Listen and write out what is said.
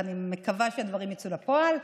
ואני מקווה שהדברים יצאו לפועל.